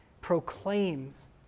proclaims